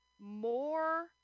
more